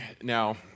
now